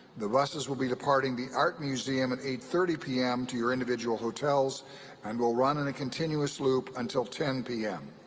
the buses will be departing the art museum at eight thirty p m. to your individual hotels and will run in a continuous loop until ten zero p m.